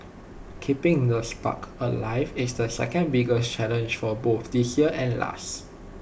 keeping the spark alive is the second biggest challenge for both this year and last